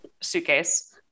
suitcase